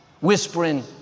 Whispering